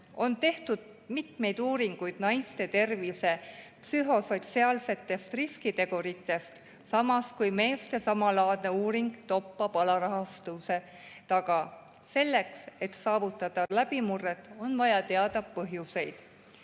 On tehtud mitmeid uuringuid naiste tervise psühhosotsiaalsetest riskiteguritest, samas kui meeste samalaadne uuring toppab alarahastuse taga. Selleks, et saavutada läbimurret, on vaja teada põhjuseid.